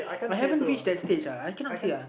I haven't reached that stage uh I cannot say uh